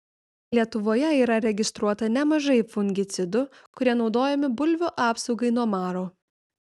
lietuvoje yra registruota nemažai fungicidų kurie naudojami bulvių apsaugai nuo maro